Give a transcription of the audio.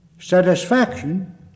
satisfaction